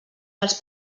dels